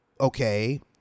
okay